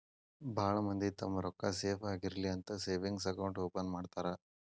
ಭಾಳ್ ಮಂದಿ ತಮ್ಮ್ ರೊಕ್ಕಾ ಸೇಫ್ ಆಗಿರ್ಲಿ ಅಂತ ಸೇವಿಂಗ್ಸ್ ಅಕೌಂಟ್ ಓಪನ್ ಮಾಡ್ತಾರಾ